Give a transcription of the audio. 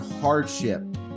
hardship